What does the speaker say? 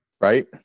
right